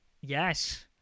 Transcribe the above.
Yes